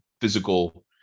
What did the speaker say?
physical